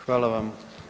Hvala vam.